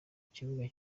kibuga